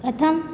कथं